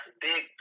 Big